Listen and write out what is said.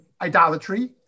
idolatry